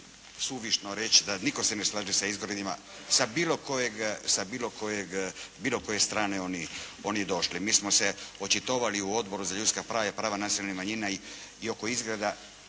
suvišno reći da nitko se ne slaže sa izgredima sa bilo koje strane oni došli. Mi smo se očitovali u Odboru za ljudska prava i prava nacionalnih manjina i oko izgreda